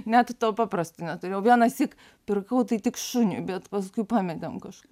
net to paprasto neturėjau vienąsyk pirkau tai tik šuniui bet paskui pametėm kažkaip